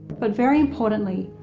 but very importantly,